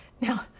Now